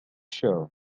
show